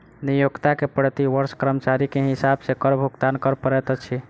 नियोक्ता के प्रति वर्ष कर्मचारी के हिसाब सॅ कर भुगतान कर पड़ैत अछि